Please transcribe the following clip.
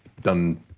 done